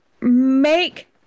make